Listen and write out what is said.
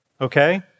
okay